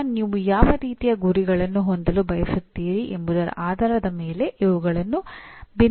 ಅಥವಾ ನೀವು ಯಾವ ರೀತಿಯ ಗುರಿಗಳನ್ನು ಹೊಂದಲು ಬಯಸುತ್ತೀರಿ ಎಂಬುದರ ಆಧಾರದ ಮೇಲೆ ಇವುಗಳು ಭಿನ್ನವಾಗಿರುತ್ತವೆ